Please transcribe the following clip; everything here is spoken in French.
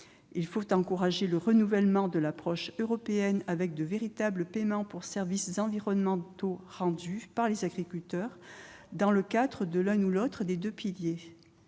Il faut encourager le renouvellement de l'approche européenne, avec de véritables paiements pour services environnementaux rendus par les agriculteurs, dans le cadre de l'un ou l'autre des deux piliers.